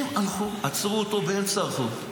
הם הלכו, עצרו אותו באמצע הרחוב,